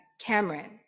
Cameron